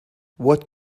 what